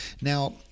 now